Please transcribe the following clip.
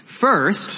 First